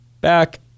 back